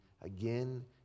again